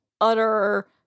utter